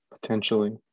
potentially